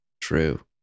True